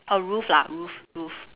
a roof lah roof roof